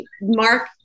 Mark